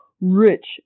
rich